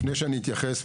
לפני שאני אתייחס,